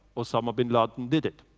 osama bin laden did it.